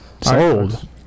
Sold